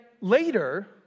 later